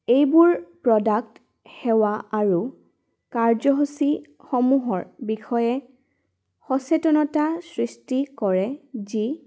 এইবোৰ প্ৰডাক্ট সেৱা আৰু কাৰ্যসূচীসমূহৰ বিষয়ে সচেতনতা সৃষ্টি কৰে যি